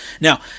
Now